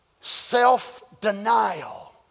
self-denial